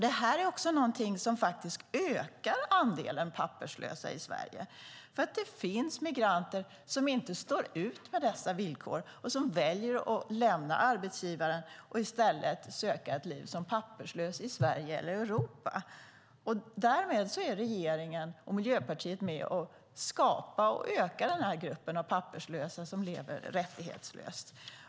Detta ökar andelen papperslösa i Sverige. Det finns migranter som inte står ut med dessa villkor och väljer att lämna arbetsgivaren och i stället söka ett liv som papperslös i Sverige eller Europa. Därmed är regeringen och Miljöpartiet med och skapar och ökar gruppen av papperslösa som lever rättighetslös.